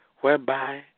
whereby